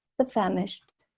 the famished,